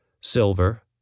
silver